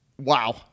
wow